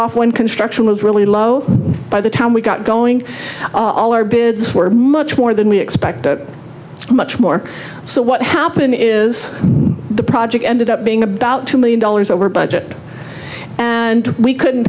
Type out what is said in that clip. off when construction was really low by the time we got going all our bids were much more than we expected much more so what happen is the project ended up being about two million dollars over budget and we couldn't